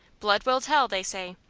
blood will tell, they say,